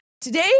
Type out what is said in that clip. Today